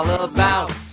ah about